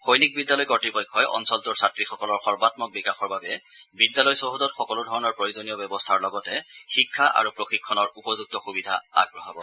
সৈনিক বিদ্যালয় কৰ্তৃপক্ষই অঞ্চলটোৰ ছাত্ৰীসকলৰ সৰ্বামক বিকাশৰ বাবে বিদ্যালয় চৌহদত সকলো ধৰণৰ প্ৰয়োজনীয় ব্যৱস্থাৰ লগতে শিক্ষা আৰু প্ৰশিক্ষণৰ উপযুক্ত সুবিধা আগবঢ়াব